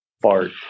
fart